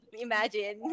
Imagine